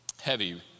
heavy